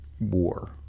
WAR